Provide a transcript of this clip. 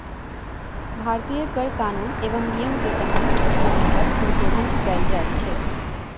भारतीय कर कानून एवं नियम मे समय समय पर संशोधन कयल जाइत छै